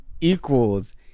Equals